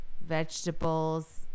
vegetables